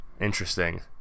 Interesting